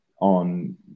on